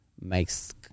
makes